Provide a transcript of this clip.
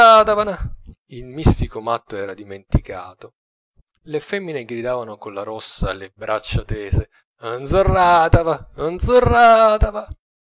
il mistico matto era dimenticato le femmine gridavano con la rossa le braccia tese nzurateve nzurateve e